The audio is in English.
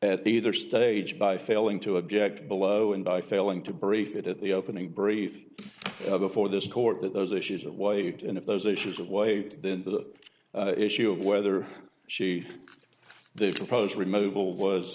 the their stage by failing to object below and by failing to brief it at the opening brief before this court that those issues of weight and if those issues of weight then the issue of whether she they propose removal was